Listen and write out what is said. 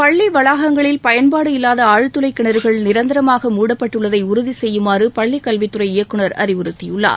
பள்ளி வளாகங்களில் பயன்பாடு இல்லாத ஆழ்துளை கிணறுகள் நிரந்தரமாக மூடப்பட்டுள்ளதை உறுதி செய்யுமாறு பள்ளிக்கல்வித்துறை இயக்குநர் அறிவுறுத்தியுள்ளார்